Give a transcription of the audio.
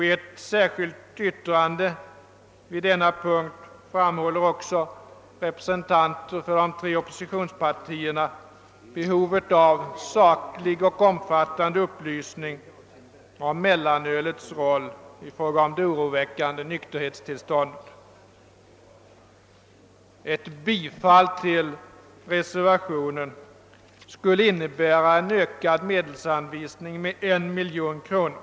I ett särskilt yttrande vid denna punkt framhåller också representanter för de tre oppositionspartierna behovet av saklig och omfattande upplysning om mellanölets roll och om det oroväckande onykter Ett bifall till reservationen skulle innebära en ökad medelsanvisning med 1 miljon kronor.